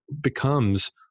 becomes